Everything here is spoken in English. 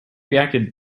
reacted